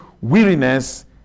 Weariness